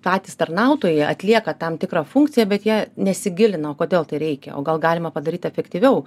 patys tarnautojai atlieka tam tikrą funkciją bet jie nesigilina o kodėl tai reikia o gal galima padaryti efektyviau